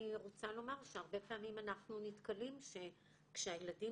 אני רוצה לומר שהרבה פעמים אנחנו נתקלים בכך שכשהילדים